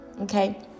okay